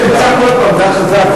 חבר הכנסת זאב,